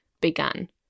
began